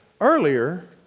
Earlier